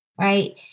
right